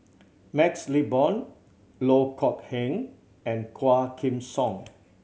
MaxLe Blond Loh Kok Heng and Quah Kim Song